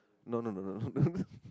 no no no no